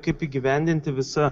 kaip įgyvendinti visa